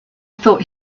thought